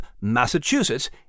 Massachusetts